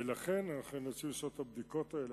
ולכן אנחנו נאלצים לעשות את הבדיקות האלה.